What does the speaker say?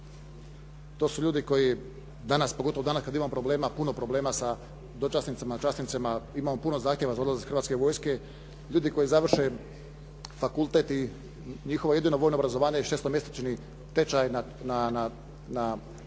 to su ljudi koji danas, pogotovo danas kad imamo puno problema sa dočasnicima, časnicima, imamo puno zahtjeva za odlazak iz Hrvatske vojske. Ljudi koji završe fakultet i njihovo jedino vojno obrazovanje je šestomjesečni tečaj na Črnomercu.